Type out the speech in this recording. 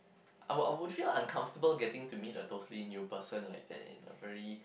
I would I would feel uncomfortable getting to meet a totally new person like that in a very